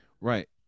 Right